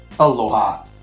Aloha